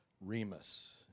Remus